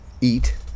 eat